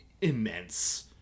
immense